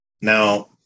Now